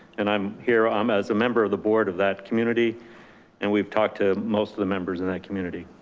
and i'm here um as a member of the board of that community and we've talked to most of the members in that community,